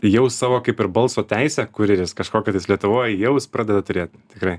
jau savo kaip ir balso teisę kurjeris kažkokią tais lietuvoj jau jis pradeda turėt tikrai